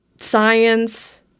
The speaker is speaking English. Science